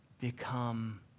become